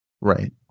Right